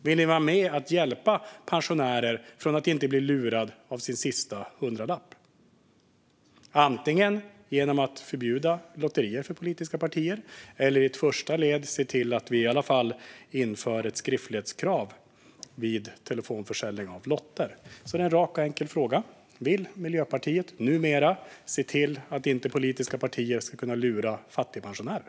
Vill ni vara med och hjälpa pensionärer att inte bli lurade på sin sista hundralapp, antingen genom att förbjuda lotterier för politiska partier eller genom att i ett första steg i alla fall se till att ett skriftlighetskrav införs vid telefonförsäljning av lotter? Det är en rak, enkel fråga: Vill Miljöpartiet numera se till att politiska partier inte ska kunna lura fattigpensionärer?